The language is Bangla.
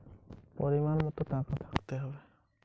আর.টি.জি.এস লেনদেনের জন্য কোন ন্যূনতম বা সর্বোচ্চ পরিমাণ শর্ত আছে?